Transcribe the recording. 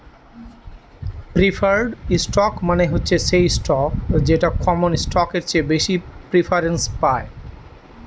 preferred stock মানে হচ্ছে সেই স্টক যেটা কমন স্টকের চেয়ে বেশি প্রিফারেন্স পায়